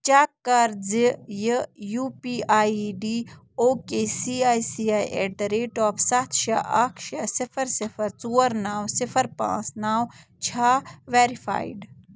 check کَر زِ یہِ U P I I D O K C I C I at the rate of سَتھ شےٚ اکھ شےٚ صِفر صِفر ژور نَو صِفر پانٛژھ نَو چھےٚ ویرِفایِڈ